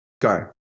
go